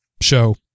show